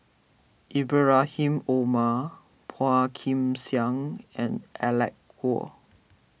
Ibrahim Omar Phua Kin Siang and Alec Kuok